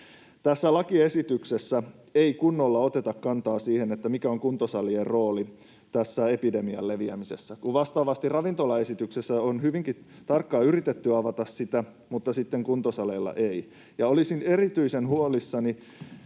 Tässä lakiesityksessä ei kunnolla oteta kantaa siihen, mikä on kuntosalien rooli tässä epidemian leviämisessä, kun vastaavasti ravintolaesityksessä on hyvinkin tarkkaan yritetty avata sitä — kuntosalien osalta ei. Olisin erityisen huolissani